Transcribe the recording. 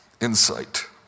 insight